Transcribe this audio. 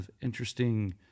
interesting